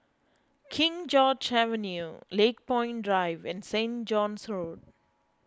King George's Avenue Lakepoint Drive and Saint John's Road